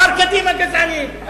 אמר האשכנזים גזענים,